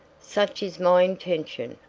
such is my intention,